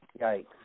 yikes